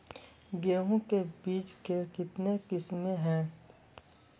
गेहूँ के बीज के कितने किसमें है?